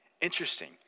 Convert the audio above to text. Interesting